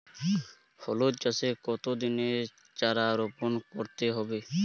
হলুদ চাষে কত দিনের চারা রোপন করতে হবে?